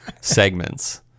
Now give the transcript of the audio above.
segments